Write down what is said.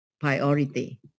priority